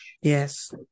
Yes